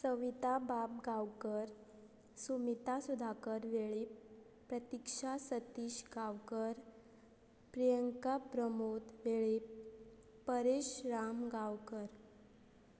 Savita Bab Gaonkar Sumita Sudhakar Velip Pratiksha Satish Gaonkar Priyanka Pramod Velip Paresh Ram Gaonkar